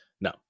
No